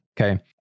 okay